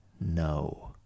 no